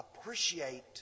appreciate